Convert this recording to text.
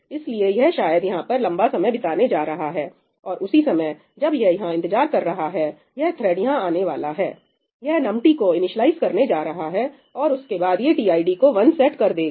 इसलिए यह शायद यहां पर लंबा समय बिताने जा रहा हैऔर उसी समय जब यह यहां इंतजार कर रहा है यह थ्रेड यहां आने वाला है यह नम टी को इनीस्लाइज् करने जा रहा हैऔर उसके बाद ये टीआईडी को 1 सेट कर देगा